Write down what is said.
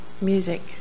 music